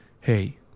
Hey